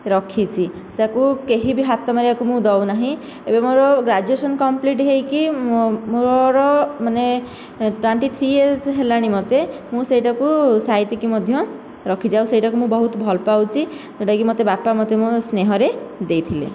ରଖିଛି ତାକୁ କେହି ବି ହାତ ମାରିବାକୁ ମୁଁ ଦେଉ ନାହିଁ ଏବେ ମୋର ଗ୍ରାଜୁଏସନ କମପ୍ଲିଟ ହୋଇକି ମୋର ମାନେ ଟ୍ଵେଣ୍ଟି ଥ୍ରୀ ଇୟରସ ହେଲାଣି ମୋତେ ମୁଁ ସେହିଟାକୁ ସାଇତି କି ମଧ୍ୟ ରଖିଛି ଆଉ ସେଇଟାକୁ ମୁଁ ବହୁତ ଭଲପାଉଛି ଯେଉଁଟା କି ବାପା ମୋତେ ସେହ୍ନରେ ଦେଇଥିଲେ